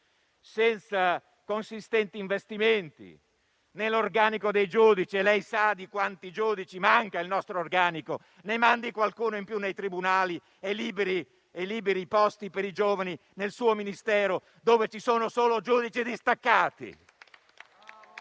senza consistenti investimenti nell'organico dei giudici. Lei sa quanti giudici mancano al nostro organico: ne mandi qualcuno in più nei tribunali e liberi posti per i giovani nel suo Ministero, dove ci sono solo giudici distaccati